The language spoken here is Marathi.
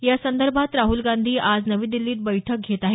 यासंदर्भात राहल गांधी आज नवी दिल्लीत बैठक घेत आहेत